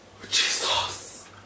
Jesus